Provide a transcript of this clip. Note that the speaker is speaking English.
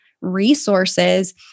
resources